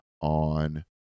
on